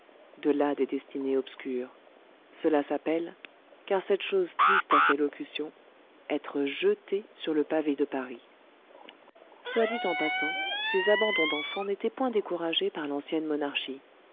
de là des destinées obscures cela s'appelle car cette chose triste a fait locution être jeté sur le pavé de paris soit dit en passant ces abandons d'enfants n'étaient point découragés par l'ancienne monarchie